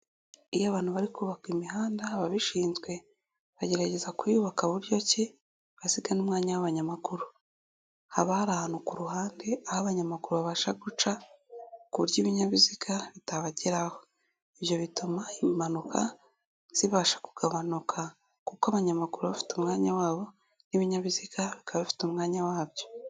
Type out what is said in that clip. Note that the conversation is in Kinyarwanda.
Iyo abantu bari kubaka imihanda ababishinzwe, bagerageza kuyubaka buryo ki basigagana n' umwanya w'abanyamaugru. Haba hari ahantu ku ruhande aho abanyamaguru babasha guca, ku buryo ibinyabiziga bitabageraho. Ibyo bituma impanuka zibasha kugabanuka, kuko abanyamaguru baba bafite umwanya wabo, n'ibinyabiziga bikaba bifite umwanya wabyo.